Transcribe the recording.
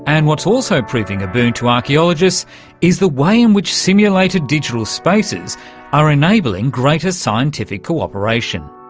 and what's also proving a boon to archaeologists is the way in which simulated digital spaces are enabling greater scientific cooperation.